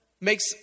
makes